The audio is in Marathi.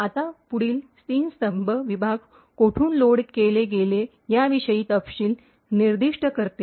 आता पुढील तीन स्तंभ विभाग कोठून लोड केले गेले याविषयी तपशील निर्दिष्ट करते